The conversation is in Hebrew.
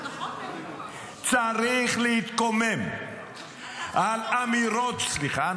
צריך להתקומם על אמירות -- אני לא --- סליחה,